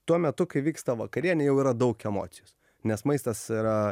tuo metu kai vyksta vakarienė jau yra daug emocijos nes maistas yra